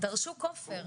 דרשו כופר.